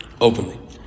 openly